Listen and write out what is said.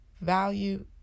value